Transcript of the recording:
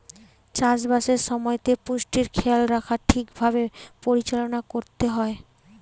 চাষ বাসের সময়তে পুষ্টির খেয়াল রাখা ঠিক ভাবে পরিচালনা করতে হয়